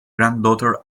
granddaughter